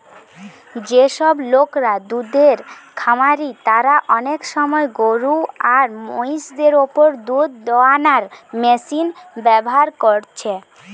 যেসব লোকরা দুধের খামারি তারা অনেক সময় গরু আর মহিষ দের উপর দুধ দুয়ানার মেশিন ব্যাভার কোরছে